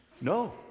No